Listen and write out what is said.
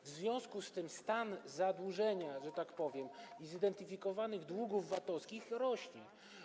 W związku z tym stan zadłużenia, że tak powiem, i zidentyfikowanych długów VAT-owskich rośnie.